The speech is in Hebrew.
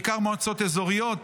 בעיקר מועצות אזוריות,